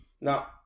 now